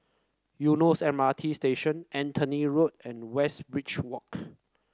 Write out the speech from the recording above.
Eunos M R T Station Anthony Road and Westridge Walk